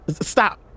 Stop